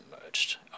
emerged